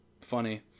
funny